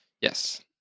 Yes